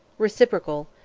reciprocal,